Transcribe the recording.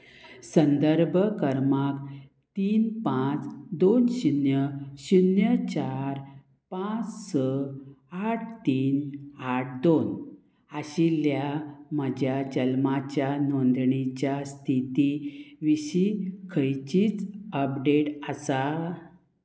संदर्भ कर्मांक तीन पांच दोन शुन्य शुन्य चार पांच स आठ तीन आठ दोन आशिल्ल्या म्हज्या जल्माच्या नोंदणीच्या स्थिती विशीं खंयचीच अपडेट आसा